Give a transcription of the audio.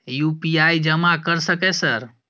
UPI जमा कर सके सर?